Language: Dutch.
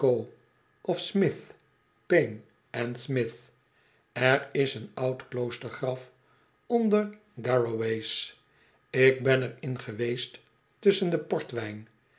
smyth payne en smith er is een oud kloostergraf onder garraway's ik ben er in geweest tusschen den portwijn